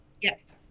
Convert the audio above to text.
Yes